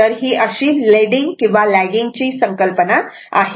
तर ही अशी लीडिंग किंवा लॅगिंग ची संकल्पना आहे